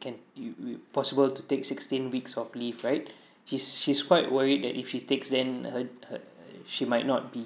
can it will possible to take sixteen weeks of leave right she's she's quite worried that if she takes then her her uh she might not be